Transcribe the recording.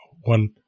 one